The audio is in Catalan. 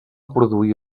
produir